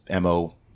mo